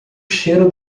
cheiro